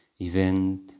event